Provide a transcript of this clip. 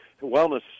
wellness